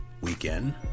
weekend